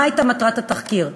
מה הייתה מטרת התחקיר,